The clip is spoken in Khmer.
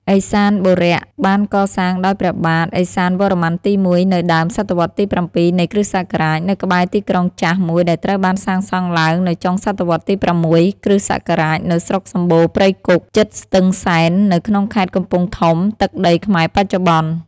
ឥសានបុរ បានកសាងដោយព្រះបាទ ឥសានវរ្ម័នទី១ នៅដើម សតវត្សរ៍ទី៧ នៃ គ.ស នៅក្បែរទីក្រុងចាស់មួយដែលត្រូវបានសាងសង់ឡើងនៅចុង សតវត្សរ៍ទី៦ គ.ស. នៅស្រុកសម្បូរណ៍ព្រៃគុក ជិតស្ទឹងសែន នៅក្នុងខេត្តកំពង់ធំ ទឹកដីខ្មែរបច្ចុប្បន្ន ។